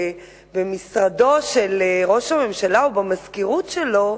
במשרדו של ראש הממשלה או במזכירות שלו,